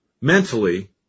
mentally